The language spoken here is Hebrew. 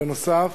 בנוסף,